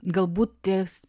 galbūt ties